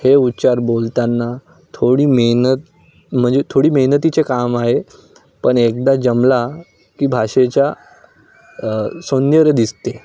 हे उच्चार बोलताना थोडी मेहनत म्हणजे थोडी मेहनतीचं काम आहे पण एकदा जमला की भाषेचा सौंदर्य दिसते